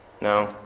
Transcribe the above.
No